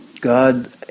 God